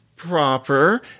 Proper